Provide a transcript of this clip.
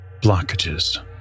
blockages